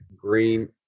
green